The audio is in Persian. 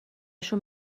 شون